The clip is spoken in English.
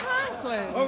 Conklin